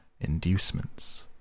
inducements